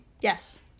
Yes